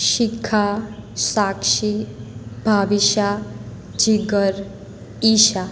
Shikha Sakshi Bhavishi Jigar Isha